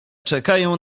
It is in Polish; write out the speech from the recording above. czekają